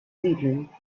siedlung